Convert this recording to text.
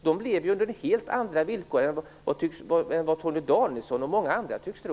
De lever under helt andra villkor än vad Torgny Danielsson och många andra tycks tro.